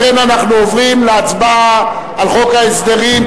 לכן אנחנו עוברים להצבעה על חוק ההסדרים,